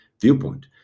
viewpoint